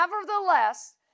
Nevertheless